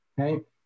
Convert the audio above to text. Okay